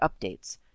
updates